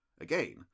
Again